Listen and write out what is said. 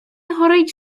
горить